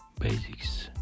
basics